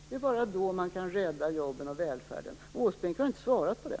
Det är bara då man kan rädda jobben och välfärden. Erik Åsbrink har inte svarat på det.